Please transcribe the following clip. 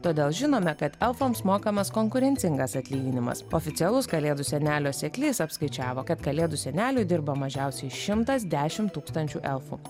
todėl žinome kad elfams mokamas konkurencingas atlyginimas oficialus kalėdų senelio seklys apskaičiavo kad kalėdų seneliui dirba mažiausiai šimtas dešimt tūkstančių elfų